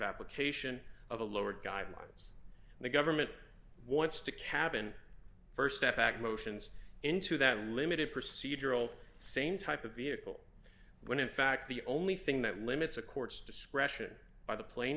application of the lower guidelines the government wants to cabin st step back motions into that limited procedural same type of vehicle when in fact the only thing that limits a court's discretion by the pla